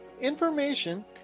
information